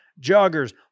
joggers